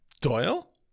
Doyle